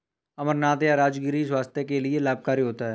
अमरनाथ या राजगिरा स्वास्थ्य के लिए लाभकारी होता है